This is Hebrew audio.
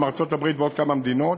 עם ארצות הברית ועוד כמה מדינות.